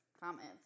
comments